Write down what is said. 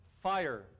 fire